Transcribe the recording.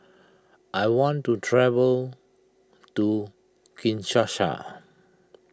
I want to travel to Kinshasa